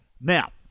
Now